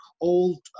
old